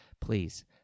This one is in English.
Please